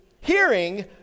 hearing